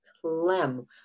Clem